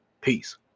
Peace